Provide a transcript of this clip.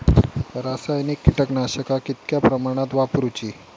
रासायनिक कीटकनाशका कितक्या प्रमाणात वापरूची?